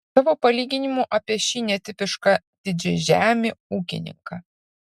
savo palyginimu apie šį netipišką didžiažemį ūkininką